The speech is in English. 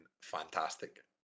fantastic